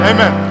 Amen